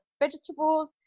vegetables